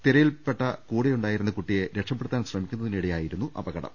തിരയിൽപ്പെട്ട കൂടെയു ണ്ടായിരുന്ന കുട്ടിയെ രക്ഷപ്പെടുത്തുന്നതിനിടെയായിരുന്നു അപ കടം